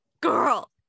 girl